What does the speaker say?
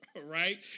right